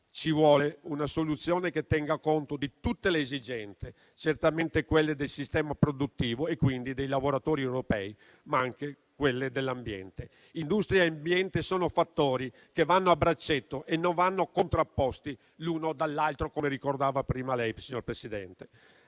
ci vuole una soluzione che tenga conto di tutte le esigenze, certamente quelle del sistema produttivo e quindi dei lavoratori europei, ma anche quelle dell'ambiente. Industria e ambiente sono fattori che vanno a braccetto e non vanno contrapposti, l'uno dall'altro, come ricordava prima lei, signor Presidente.